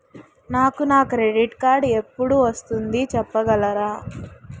నాకు నా credit card ఎపుడు వస్తుంది చెప్పగలరా?